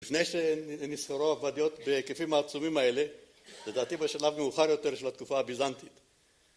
לפני שנסחרו עבדיות בהיקפים העצומים האלה, לדעתי בשלב מאוחר יותר של התקופה הביזנטית.